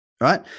Right